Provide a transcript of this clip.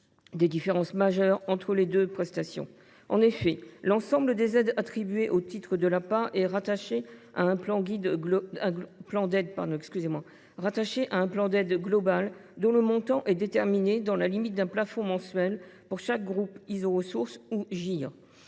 des différences majeures entre les deux prestations. En effet, l’ensemble des aides attribuées au titre de l’APA est rattaché à un plan d’aide global dont le montant est déterminé dans la limite d’un plafond mensuel pour chaque groupe iso ressources (GIR).